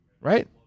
right